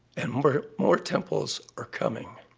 and more more temples are coming.